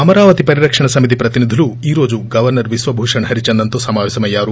అమరావతి పరిరక్షణ సమితి ప్రతినిధులు ఈ రోజు గవర్పర్ విశ్వ భూషణ్ హరిచందన్ తో సమావేశమయ్యారు